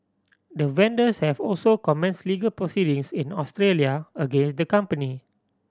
the vendors have also commence legal proceedings in Australia against the company